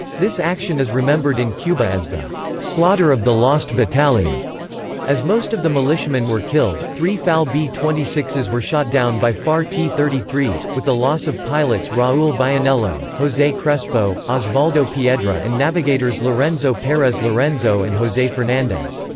this action is remembered in cuba as the slaughter of the lost battalion as most of the militiamen were killed three fal b twenty six s were shot down by far t thirty three s, with the loss of pilots raul vianello, jose crespo, osvaldo piedra and navigators lorenzo perez-lorenzo and jose fernandez.